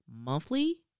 monthly